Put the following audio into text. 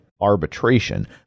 arbitration